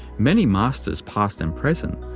many masters past and present,